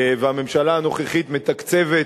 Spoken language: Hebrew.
והממשלה הנוכחית מתקצבת,